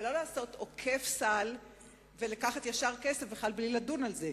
ולא לעשות עוקף-סל ולקחת ישר כסף בכלל בלי לדון על זה.